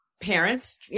parents